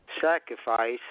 sacrifice